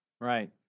Right